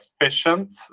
efficient